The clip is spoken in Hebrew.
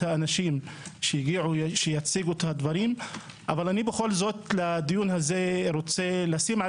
האנשים שיציגו את הדברים אך לדיון הזה אני רוצה לשים על